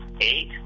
eight